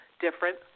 different